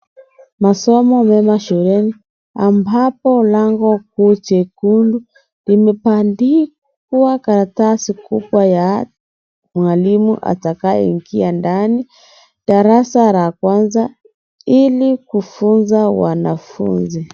Masomo yamo shuleni, ambapo lango kuu jekundu, limebandikwa karatasi kubwa ya mwalimu atakayeingia ndani. Darasa la kwanza, ili kufunzwa wanafunzi.